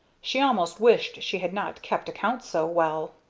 she almost wished she had not kept accounts so well.